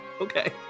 Okay